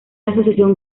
asociación